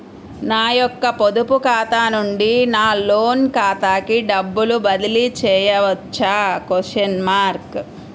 నా యొక్క పొదుపు ఖాతా నుండి నా లోన్ ఖాతాకి డబ్బులు బదిలీ చేయవచ్చా?